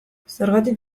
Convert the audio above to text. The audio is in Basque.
zergatik